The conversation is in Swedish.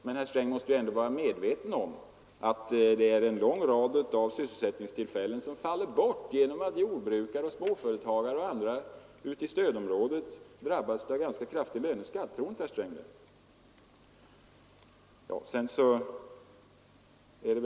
Men herr Sträng måste ju ändå vara medveten om att det är en lång rad sysselsättningstillfällen som faller bort genom att jordbrukare och småföretagare ute i stödområdet drabbas av ganska kraftig löneskatt. Tror inte herr Sträng det?